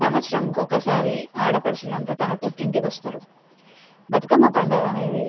సంవత్సరంకొకసారి ఆడపడుచులంతా తన పుట్టింటికొస్తరు బతుకమ్మ పండుగ అనేది